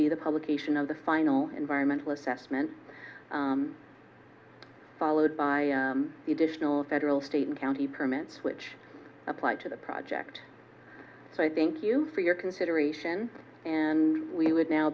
be the publication of the final environmental assessment followed by the additional federal state and county permits which apply to the project so i thank you for your consideration and we would now